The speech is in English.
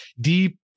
deep